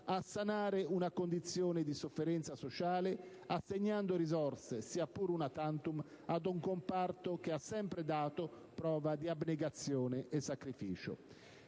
a sanare una condizione di sofferenza sociale, assegnando risorse, sia pur *una tantum*, ad un comparto che ha sempre dato prova di abnegazione e sacrificio.